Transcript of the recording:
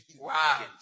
Wow